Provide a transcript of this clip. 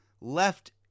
left